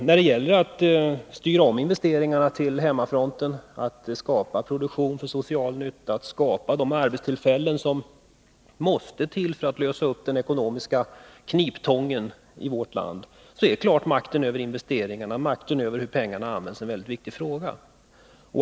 När det gäller att styra om investeringarna till hemmafronten, att skapa produktion för social nytta, att skapa de arbetstillfällen som måste till för att lösa upp den ekonomiska kniptången i vårt land, är makten över investeringarna, över hur pengarna används, mycket viktig.